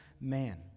man